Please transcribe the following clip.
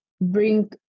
bring